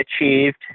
achieved